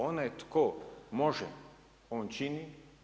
Onaj tko može, on čini.